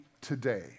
today